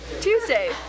Tuesday